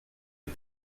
est